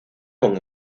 con